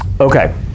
Okay